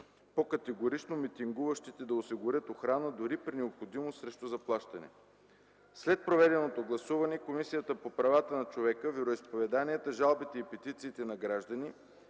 по-категорично митингуващите да осигурят охрана, дори при необходимост срещу заплащане. След проведеното гласуване, Комисията по правата на човека, вероизповеданията, жалбите и петициите на гражданите